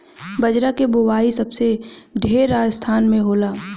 बजरा के बोआई सबसे ढेर राजस्थान में होला